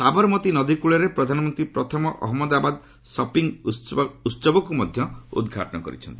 ସାବରମତି ନଦୀ କୃଳରେ ପ୍ରଧାନମନ୍ତ୍ରୀ ପ୍ରଥମ ଅହମ୍ମଦାବାଦ୍ ସପିଂ ଉତ୍ସବକୁ ମଧ୍ୟ ଉଦ୍ଘାଟନ କରିଛନ୍ତି